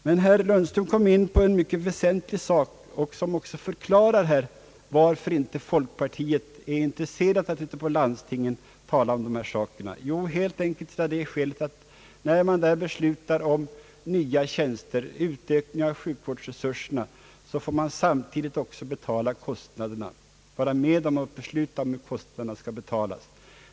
Herr Lundström kom emellertid in på en mycket väsentlig fråga som också förklarar varför inte folkpartiet är intresserat av att i landstingen tala om dessa saker. Skälet är helt enkelt att när man inom landstingen beslutar om nya tjänster och över huvud taget om en utökning av sjukvårdresurserna får man samtidigt också betala kostnaderna eller vara med om att besluta om hur kostnaderna skall betalas.